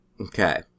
Okay